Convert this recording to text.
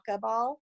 ball